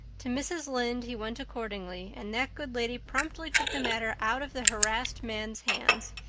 to mrs. lynde he went accordingly, and that good lady promptly took the matter out of the harassed man's hands.